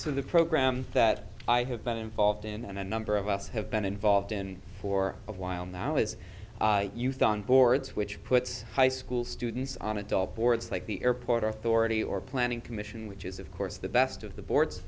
so the program that i have been involved in a number of us have been involved in for a while now is youth on boards which puts high school students on adult boards like the airport authority or planning commission which is of course the best of the board